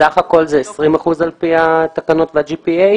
בסך הכול אלה 20 אחוזים על פי התקנות וה-GPA.